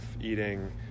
eating